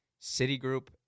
Citigroup